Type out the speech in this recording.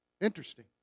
Interesting